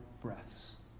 breaths